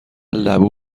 لبو